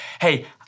hey